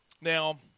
Now